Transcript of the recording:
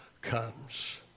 comes